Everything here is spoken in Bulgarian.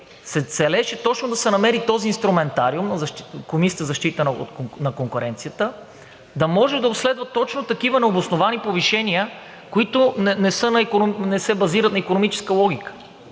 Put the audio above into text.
се целеше точно да се намери този инструментариум в Комисията за защита на конкуренцията да може да обследва точно такива необосновани повишения, които не се базират на икономическа логика.